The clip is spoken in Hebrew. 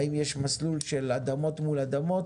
האם יש מסלול של אדמות מול אדמות,